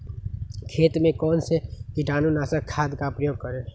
खेत में कौन से कीटाणु नाशक खाद का प्रयोग करें?